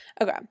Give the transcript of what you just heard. Okay